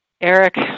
Eric